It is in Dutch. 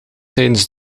tijdens